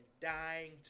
dying